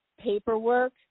paperwork